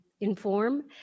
inform